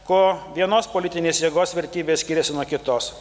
ko vienos politinės jėgos vertybės skiriasi nuo kitos